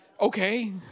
okay